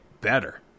better